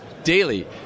daily